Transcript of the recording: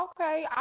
Okay